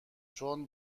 چون